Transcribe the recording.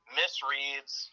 misreads